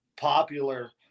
popular